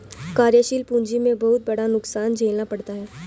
कार्यशील पूंजी में बहुत बड़ा नुकसान झेलना पड़ता है